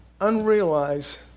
unrealized